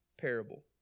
parable